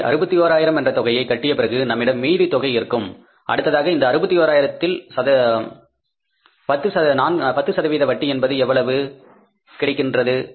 எனவே 61 ஆயிரம் என்ற தொகையை கட்டிய பிறகு நம்மிடம் மீதி தொகை இருக்கும் அடுத்ததாக இந்த 61 ஆயிரத்தில் 10 சதவீத வட்டி என்பது எவ்வளவு கிடைக்கின்றது